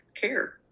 care